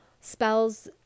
spells